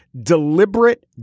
Deliberate